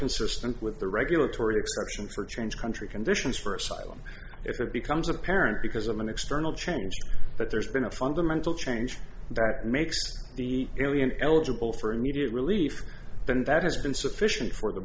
consistent with the regulatory expression for change country conditions for asylum if it becomes apparent because of an external change that there's been a fundamental change that makes the alien eligible for immediate relief and that has been sufficient for the